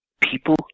people